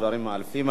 דברים מאלפים.